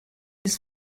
his